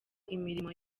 imirimo